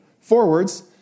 forwards